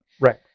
right